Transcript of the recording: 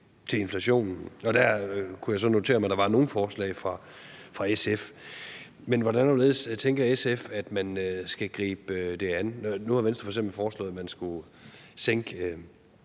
til inflationen. Og der kunne jeg så notere mig, at der var nogle forslag fra SF. Men hvordan og hvorledes tænker SF man skal gribe det an? Nu har Venstre f.eks. foreslået, at man skal sænke